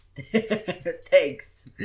thanks